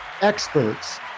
experts